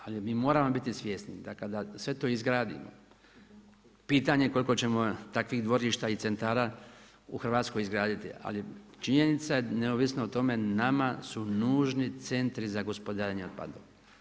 Ali mi moramo biti svjesni da kada sve to izgradimo, pitanje koliko ćemo takvih dvorišta i centa u Hrvatskoj izgraditi, ali je činjenica neovisno o tome, nam su nužni centri za gospodarenje otpadom.